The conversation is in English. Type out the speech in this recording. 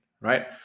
right